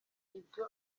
ibyo